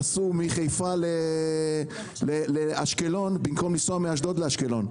שנסעו מחיפה לאשקלון, במקום לנסוע מאשדוד לאשקלון.